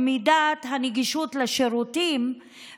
במידת הנגישות לשירותים,